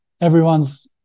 Everyone's